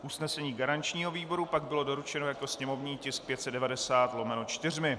Usnesení garančního výboru pak bylo doručeno jako sněmovní tisk 590/4.